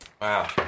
Wow